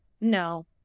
No